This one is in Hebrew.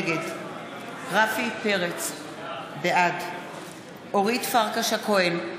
נגד רפי פרץ בעד אורית פרקש-הכהן,